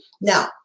Now